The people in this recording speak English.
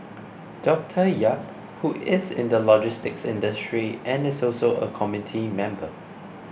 Doctor Yap who is in the logistics industry and is also a committee member